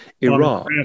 Iraq